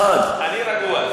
אני רגוע.